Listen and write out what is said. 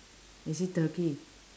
is it turkey